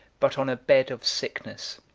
but on a bed of sickness.